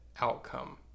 outcome